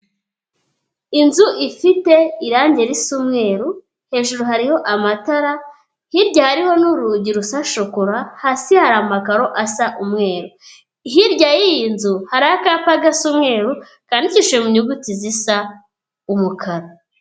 Inzu ifite irangi risa umweru, hejuru hariho amatara, hirya hariho n'urugi rusa shokora hasi hari amakaro asa umweru. Hirya y'iyi nzu hari akapa gasa umweru kandikishije mu nyuguti zisa umukara.